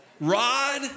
Rod